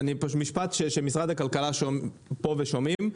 משפט כשאנשי משרד הכלכלה נמצאים פה ושומעים.